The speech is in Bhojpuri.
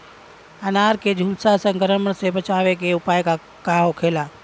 अनार के झुलसा संक्रमण से बचावे के उपाय का होखेला?